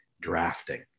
drafting